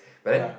ya